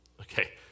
Okay